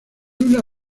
una